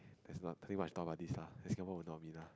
there is nothing much to talk about this lah Singapore will not be lah